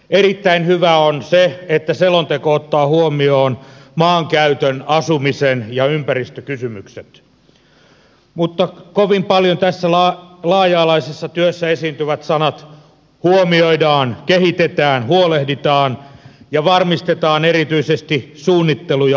erittäin hyvä on että selonteko ottaa huomioon maankäytön asumisen ja ympäristökysymykset mutta tässä laaja alaisessa työssä kovin paljon esiintyvät sanat huomioidaan kehitetään huolehditaan ja varmistetaan erityisesti suunnittelu ja arviointimenetelmiä